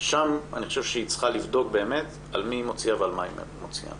שם אני חושב שהיא צריכה לבדוק באמת על מי היא מוציאה